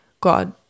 God